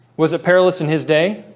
was a perilous in his day